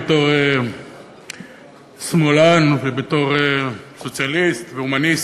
בתור שמאלן ובתור סוציאליסט והומניסט,